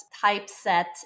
typeset